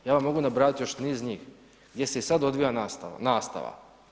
Ja vam mogu nabrajati još niz njih gdje se i sad odbija nastava.